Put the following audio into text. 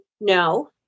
no